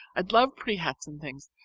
i'd love pretty hats and things,